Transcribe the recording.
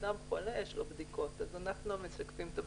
לאדם חולה יש בדיקות, אז אנחנו משקפים את הבדיקות,